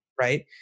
right